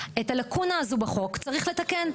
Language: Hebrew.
הלקונה הזו בחוק צריך לתקן,